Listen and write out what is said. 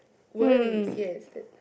worries yes that